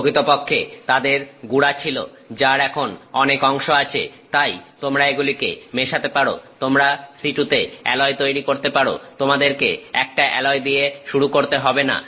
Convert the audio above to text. প্রকৃতপক্ষে তাদের গুড়া ছিল যার এখন অনেক অংশ আছে তাই তোমরা এগুলিকে মেশাতে পারো তোমরা সিটু তে অ্যালয় তৈরি করতে পারো তোমাদেরকে একটা অ্যালয় দিয়ে শুরু করতে হবে না